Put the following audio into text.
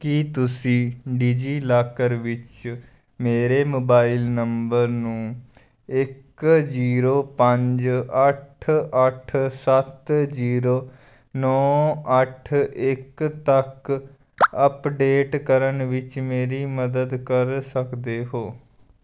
ਕੀ ਤੁਸੀਂ ਡਿਜੀਲਾਕਰ ਵਿੱਚ ਮੇਰੇ ਮੋਬਾਈਲ ਨੰਬਰ ਨੂੰ ਇੱਕ ਜ਼ੀਰੋ ਪੰਜ ਅੱਠ ਅੱਠ ਸੱਤ ਜ਼ੀਰੋ ਨੌਂ ਅੱਠ ਇੱਕ ਤੱਕ ਅੱਪਡੇਟ ਕਰਨ ਵਿੱਚ ਮੇਰੀ ਮਦਦ ਕਰ ਸਕਦੇ ਹੋ